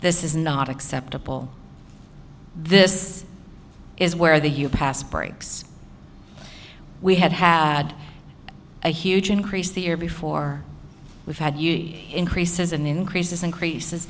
this is not acceptable this is where the you pass breaks we have had a huge increase the year before we've had increases in increases increases